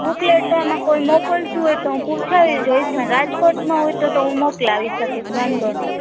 ઊપલેટામાં કોઈ મોકલતું હોય તો હું પૂછાવી જોઈશ પણ રાજકોટમાં હોય તોતો હું મોકલાવી શકીશ વાંધો નહીં